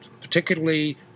particularly